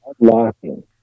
unlocking